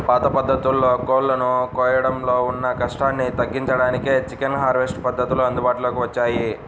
పాత పద్ధతుల్లో కోళ్ళను కోయడంలో ఉన్న కష్టాన్ని తగ్గించడానికే చికెన్ హార్వెస్ట్ పద్ధతులు అందుబాటులోకి వచ్చాయి